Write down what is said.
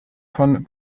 von